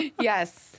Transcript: Yes